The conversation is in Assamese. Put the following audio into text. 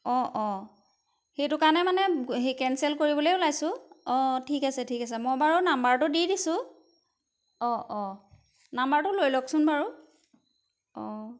অঁ অঁ সেইটো কাৰণে মানে সেই কেঞ্চেল কৰিবলৈ ওলাইছোঁ অঁ ঠিক আছে ঠিক আছে মই বাৰু নাম্বাৰটো দি দিছোঁ অঁ অঁ নাম্বাৰটো লৈ লওকচোন বাৰু অঁ